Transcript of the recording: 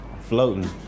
Floating